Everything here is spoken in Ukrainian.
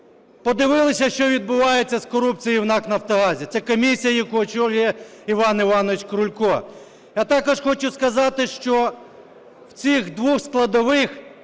подивилися, що відбувається з корупцією в НАК "Нафтогазі" – це комісія, яку очолює Іван Іванович Крулько. А також хочу сказати, що в цих двох складових